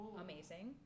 amazing